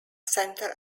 center